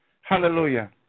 Hallelujah